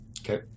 Okay